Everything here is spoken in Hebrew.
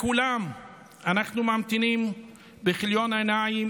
לכולם אנחנו ממתינים בכיליון עיניים,